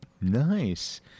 Nice